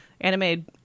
anime